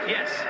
Yes